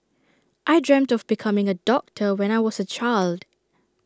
I dreamt of becoming A doctor when I was A child